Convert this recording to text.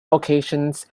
occasions